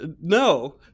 No